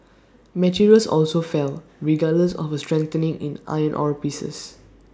materials also fell regardless of A strengthening in iron ore prices